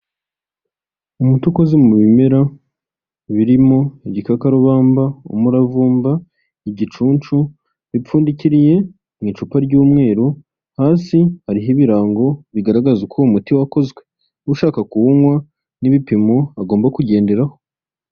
Umuti ukuze mu bimera birimo igikakarubamba, umuravumba, igicuncu, bipfundikiriye mu icupa ry'umweru hasi hariho ibirango bigaragaza uko uwo muti wakozwe, ushaka kuwunywa n'ibipimo agomba kugenderaho.